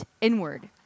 inward